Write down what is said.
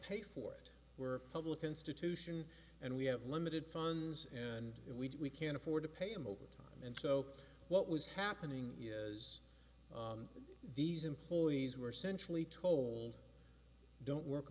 pay for it we're a public institution and we have limited funds and we can't afford to pay him over time and so what was happening is these employees were centrally told don't work